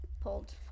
pulled